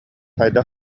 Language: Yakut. хайдах